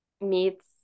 meets